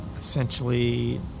essentially